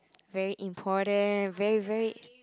very important very very